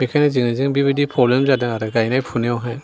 बेखायनो जोंनि जों बिबादि प्रब्लेम जादों आरो गायनाय फुनायावहाय